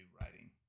writing